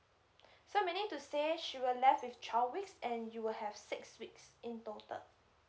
so meaning to say she will left with twelve weeks and you will have six weeks in total